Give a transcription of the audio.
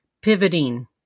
pivoting